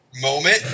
moment